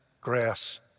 grass